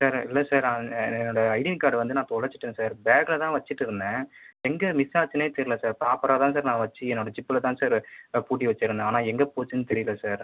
sir இல்லை sir அது என்னோடய ஐடின் கார்ட் வந்து நான் தொலைச்சிட்டேன் சார் பேக்கில் தான் வெச்சிட்டுருந்தேன் எங்கே மிஸ் ஆச்சுனே தெரில சார் ப்ராப்பரா தான் சார் நான் வெச்சி என்னோடய ஜிப்பில் தான் சார் பூட்டி வெச்சிருந்தேன் ஆனால் எங்கே போச்சுன்னு தெரியல சார்